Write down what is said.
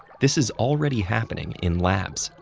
this is already happening in labs,